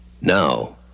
Now